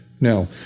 No